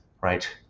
right